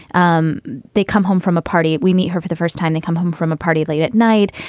um they come home from a party. we meet her for the first time. they come home from a party late at night.